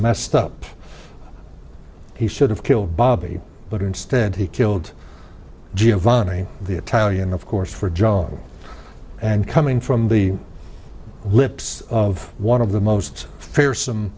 messed up he should have killed bobby but instead he killed giovanni the italian of course for joel and coming from the lips of one of the most fearsome